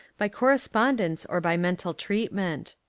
by correspondence or by mental treatment.